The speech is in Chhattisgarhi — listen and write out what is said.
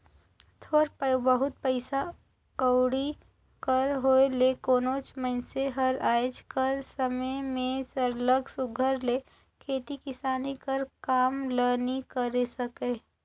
थोर बहुत पइसा कउड़ी कर होए ले कोनोच मइनसे हर आएज कर समे में सरलग सुग्घर ले खेती किसानी कर काम ल नी करे सके